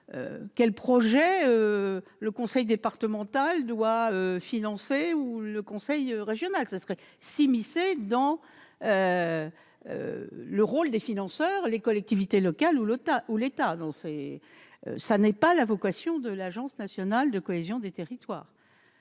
par le conseil départemental ou le conseil régional ! Ce serait s'immiscer dans le rôle des financeurs que sont les collectivités locales ou l'État ! Telle n'est pas la vocation de l'agence nationale de la cohésion des territoires.